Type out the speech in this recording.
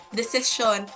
decision